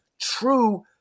true